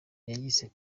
yayise